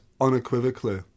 unequivocally